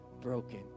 broken